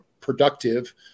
productive